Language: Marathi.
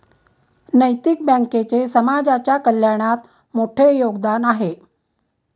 नैतिक बँकेचे समाजाच्या कल्याणात मोठे योगदान आहे